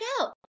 out